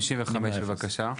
55, בבקשה.